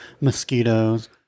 mosquitoes